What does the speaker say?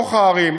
בתוך הערים.